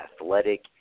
athletic